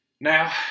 Now